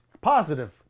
positive